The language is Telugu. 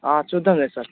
ఆ చూద్దాం కదా సార్